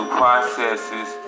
processes